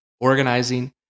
organizing